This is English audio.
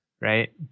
right